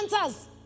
answers